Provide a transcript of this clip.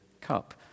cup